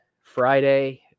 Friday